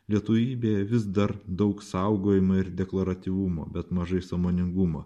lietuvybėje vis dar daug saugojimo ir deklaratyvumo bet mažai sąmoningumo